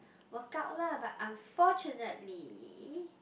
workout lah but unfortunately